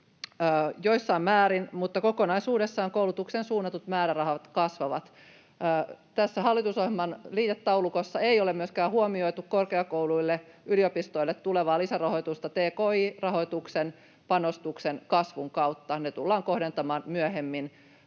joissain määrin, mutta kokonaisuudessaan koulutukseen suunnatut määrärahat kasvavat. Tässä hallitusohjelman liitetaulukossa ei ole myöskään huomioitu korkeakouluille, yliopistoille, tulevaa lisärahoitusta tki-rahoituksen panostuksen kasvun kautta. Ne tullaan kohdentamaan myöhemmin